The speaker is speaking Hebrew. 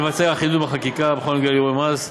תיווצר אחידות בחקיקה בכל הנוגע לערעורי מס.